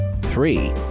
three